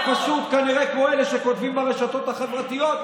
את פשוט כנראה כמו אלה שכותבים ברשתות החברתיות,